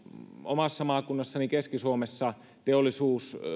omassa maakunnassani keski suomessa teollisuus